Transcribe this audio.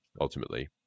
ultimately